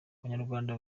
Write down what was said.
abanyarwanda